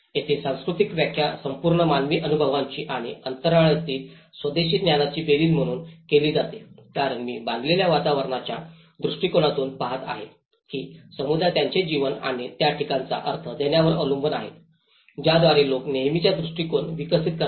येथे संस्कृतीची व्याख्या संपूर्ण मानवी अनुभवांची आणि अंतराळातील स्वदेशी ज्ञानाची बेरीज म्हणून केली जाते कारण मी बांधलेल्या वातावरणाच्या दृष्टीकोनातून पाहत आहे की समुदाय त्यांचे जीवन आणि त्या ठिकाणांना अर्थ देण्यावर अवलंबून आहेत ज्याद्वारे लोक नेहमीचा दृष्टीकोन विकसित करतात